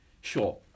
Sure